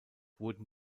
wurden